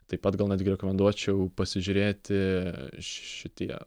taip pat gal netgi rekomenduočiau pasižiūrėti šitie